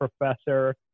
professor